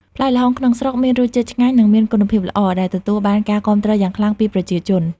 ផ្លែល្ហុងក្នុងស្រុកមានរសជាតិឆ្ងាញ់ និងមានគុណភាពល្អ ដែលទទួលបានការគាំទ្រយ៉ាងខ្លាំងពីប្រជាជន។